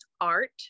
art